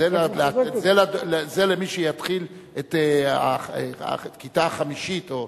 זה למי שיתחיל את הכיתה החמישית או